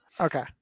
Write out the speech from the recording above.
okay